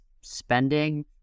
spending